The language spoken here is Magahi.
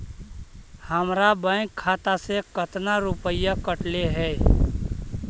हमरा बैंक खाता से कतना रूपैया कटले है?